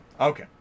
Okay